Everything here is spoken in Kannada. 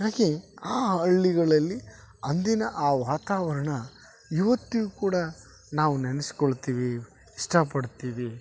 ಹಾಗೆ ಆ ಹಳ್ಳಿಗಳಲ್ಲಿ ಅಂದಿನ ಆ ವಾತಾವರಣ ಇವತ್ತಿಗು ಕೂಡ ನಾವು ನೆನೆಸ್ಕೊಳ್ತಿವಿ ಇಷ್ಟಪಡ್ತೀವಿ